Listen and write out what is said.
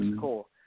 cool